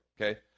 okay